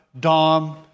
Dom